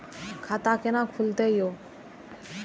खाता केना खुलतै यो